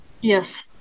Yes